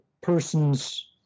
person's